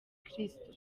kristo